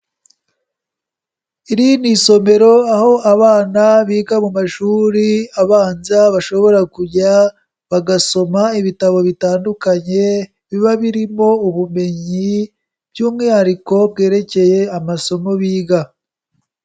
Iri ni isomero, aho abana biga mu mashuri abanza bashobora kujya bagasoma ibitabo bitandukanye biba birimo ubumenyi by'umwihariko bwerekeye amasomo biga.